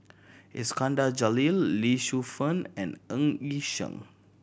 Iskandar Jalil Lee Shu Fen and Ng Yi Sheng